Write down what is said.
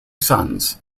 sons